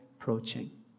approaching